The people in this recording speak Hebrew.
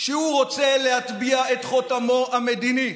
שהוא רוצה להטביע את חותמו המדיני.